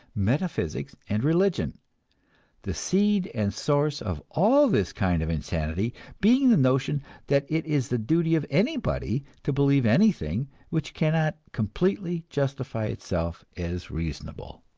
metaphysics and religion the seed and source of all this kind of insanity being the notion that it is the duty of anybody to believe anything which cannot completely justify itself as reasonable.